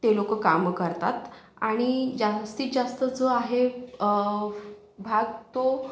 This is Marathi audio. ते लोकं कामं करतात आणि जास्तीत जास्त जो आहे भाग तो